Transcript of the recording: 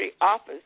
office